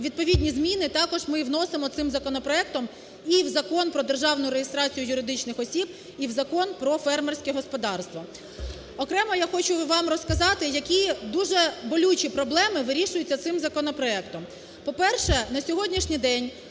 відповідні зміни також ми вносимо цим законопроектом і в Закон про державну реєстрацію юридичних осіб, і в Закон про фермерське господарство. Окремо я хочу вам розказати, які дуже болючі проблеми вирішуються цим законопроектом.